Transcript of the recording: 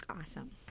Awesome